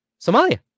Somalia